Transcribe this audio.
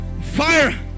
Fire